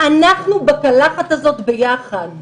אנחנו בקלחת הזאת ביחד.